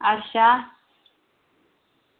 अच्छा